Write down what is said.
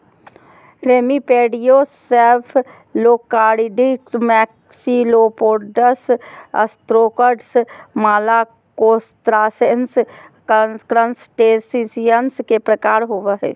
remipedes, cephalocarids, maxillopods, ostracods, और malacostracans, crustaceans के प्रकार होव हइ